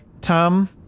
Tom